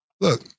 Look